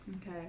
okay